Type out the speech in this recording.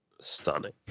stunning